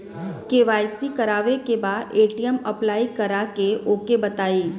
KYC करावे के बा ए.टी.एम अप्लाई करा ओके बताई?